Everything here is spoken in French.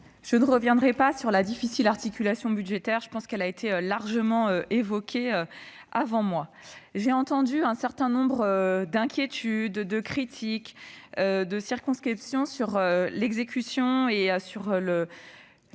Je ne reviendrai pas sur la difficile articulation budgétaire, qui a été largement évoquée avant moi. J'ai entendu un certain nombre d'inquiétudes, de critiques, de circonspections sur l'exécution et la